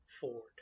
Ford